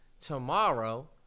tomorrow